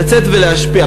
לצאת ולהשפיע,